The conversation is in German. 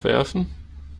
werfen